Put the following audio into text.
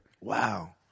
Wow